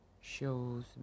shows